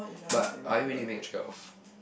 but are you ready to make a trade off